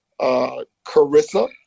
Carissa